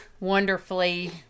wonderfully